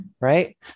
right